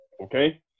okay